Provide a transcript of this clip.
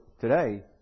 today